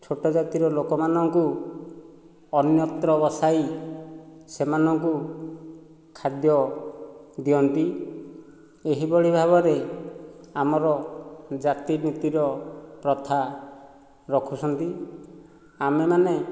ଛୋଟ ଜାତିର ଲୋକମାନଙ୍କୁ ଅନ୍ୟତ୍ର ବସାଇ ସେମାନଙ୍କୁ ଖାଦ୍ୟ ଦିଅନ୍ତି ଏହିଭଳି ଭାବରେ ଆମର ଜାତିଭିତ୍ତିର ପ୍ରଥା ରଖୁଛନ୍ତି ଆମେମାନେ